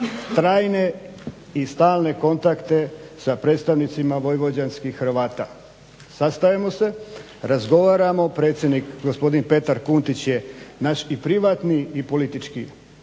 trajne i stalne kontakte sa predstavnicima vojvođanskih Hrvata, sastajemo se, razgovaramo. Predsjednik gospodin Petar Kuntić je naš i privatni i politički